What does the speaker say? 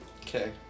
Okay